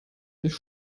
dich